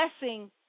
blessing